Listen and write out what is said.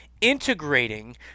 integrating